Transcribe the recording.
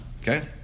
Okay